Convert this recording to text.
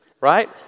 right